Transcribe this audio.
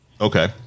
Okay